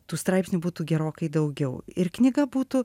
tų straipsnių būtų gerokai daugiau ir knyga būtų